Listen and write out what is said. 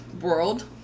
world